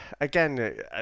again